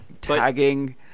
tagging